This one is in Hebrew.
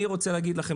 אני רוצה להגיד לכם,